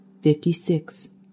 fifty-six